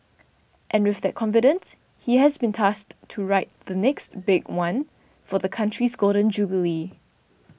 and with that confidence he has been tasked to write the 'next big one' for the country's Golden Jubilee